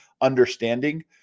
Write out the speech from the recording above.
understanding